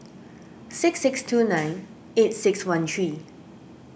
six six two nine eight six one three